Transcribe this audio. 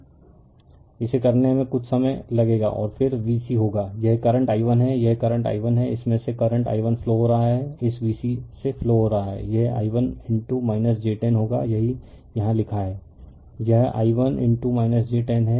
refer slide time 2821 इसे करने में कुछ समय लगेगा और फिर V c होगा यह करंट i1 है यह करंट i1 है इसमें से करंट i1 फ्लो हो रहा है इस V c से फ्लो हो रहा है यह i1 j 10 होगा यही यहाँ लिखा है यह i1 j 10 है